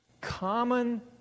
common